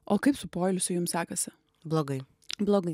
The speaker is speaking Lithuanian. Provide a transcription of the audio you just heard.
o kaip su poilsiu jums sekasi blogai blogai